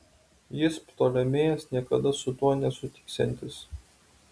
jis ptolemėjas niekada su tuo nesutiksiantis